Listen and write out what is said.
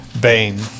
bane